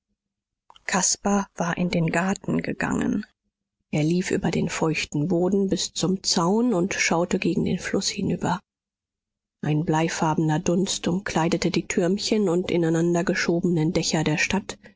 caspar war in den garten gegangen er lief über den feuchten boden bis zum zaun und schaute gegen den fluß hinüber ein bleifarbener dunst umkleidete die türmchen und ineinander geschobenen dächer der stadt